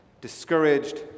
discouraged